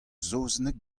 saozneg